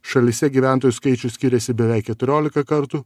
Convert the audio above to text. šalyse gyventojų skaičius skiriasi beveik keturiolika kartų